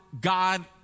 God